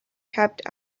kept